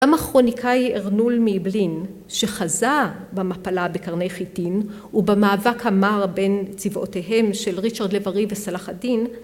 גם הכרוניקאי ארנול מאעבלין שחזה במפלה בקרני חיטין ובמאבק המר בין צבאותיהם של ריצ'ארד לב ארי וסלאח א דין